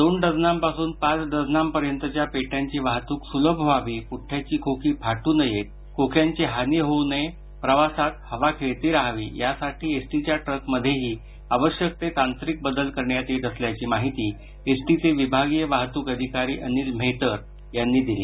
दोन डझनांपासून पाच डझनांपर्यंतच्या पेट्यांची वाहतूक सुलभ व्हावी पुड्डयाची खोकी फाट्र नयेत खोक्यांची हानी होऊ नये हवा खेळती राहावी यासाठी एसटीच्या ट्रकमध्येही आवश्यक ते तांत्रिक बदल करण्यात येत असल्याची माहिती एसटीचे विभागीय वाहतूक अधिकारी अनिल म्हेतर यांनी दिली